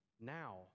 now